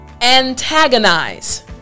antagonize